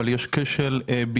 ואנחנו בקשר עם